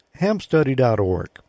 hamstudy.org